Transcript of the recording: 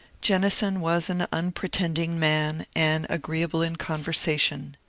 jennison was an unpretend ing man, and agreeable in conversation.